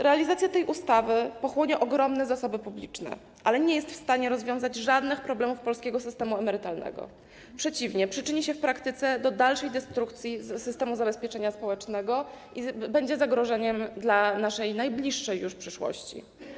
Realizacja tej ustawy pochłonie ogromne zasoby publiczne, ale nie jest w stanie rozwiązać żadnych problemów polskiego systemu emerytalnego, przeciwnie - przyczyni się w praktyce do dalszej destrukcji systemu zabezpieczenia społecznego i będzie zagrożeniem dla naszej najbliższej już przyszłości.